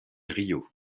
río